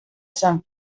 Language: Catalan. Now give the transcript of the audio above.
sant